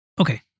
Okay